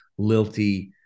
lilty